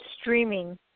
streaming